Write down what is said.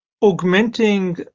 augmenting